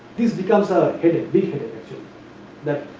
this becomes ah a headache big headache actually that,